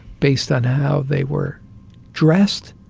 based on how they were dressed